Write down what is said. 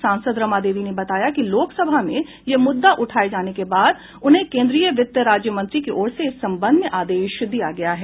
सांसद रमा देवी ने बताया कि लोकसभा में यह मुद्दा उठाये जाने के बाद उन्हें केन्द्रीय वित्त राज्य मंत्री की ओर से इस संबंध में आदेश दिया गया है